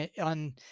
on